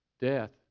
Death